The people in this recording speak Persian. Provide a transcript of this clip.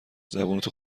زبونتو